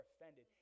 offended